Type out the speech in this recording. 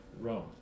Rome